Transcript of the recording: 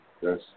Yes